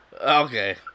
Okay